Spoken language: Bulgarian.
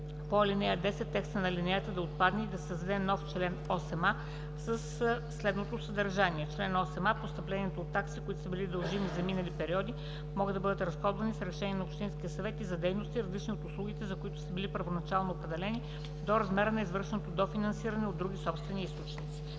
по ал. 10 – текста на алинеята да отпадне и да се създаде нов чл. 8а със следното съдържание: „Чл.8а. Постъпленията от такси, които са били дължими за минали периоди, могат да бъдат разходвани с решение на общинския съвет и за дейности, различни от услугите, за които са били първоначално определени, до размера на извършеното дофинансиране от други собствени източници.“